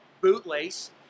bootlace